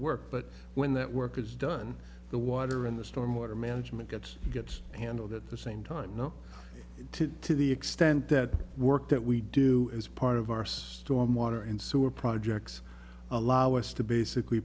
work but when that work is done the water in the storm water management gets gets handled at the same time not to to the extent that the work that we do is part of our storm water and sewer projects allow us to basically